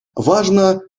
важно